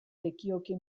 lekioke